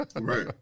right